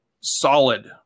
solid